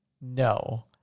no